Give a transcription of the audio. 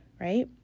right